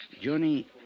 Johnny